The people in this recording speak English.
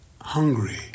hungry